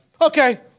okay